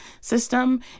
system